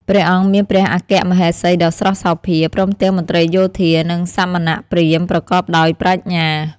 ព្រះអង្គមានព្រះអគ្គមហេសីដ៏ស្រស់សោភា ព្រមទាំងមន្ត្រីយោធា និងសមណព្រាហ្មណ៍ប្រកបដោយប្រាជ្ញា។